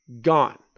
gone